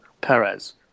Perez